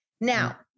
Now